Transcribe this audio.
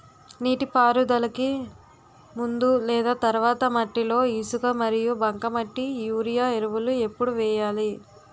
నీటిపారుదలకి ముందు లేదా తర్వాత మట్టిలో ఇసుక మరియు బంకమట్టి యూరియా ఎరువులు ఎప్పుడు వేయాలి?